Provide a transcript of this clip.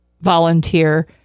volunteer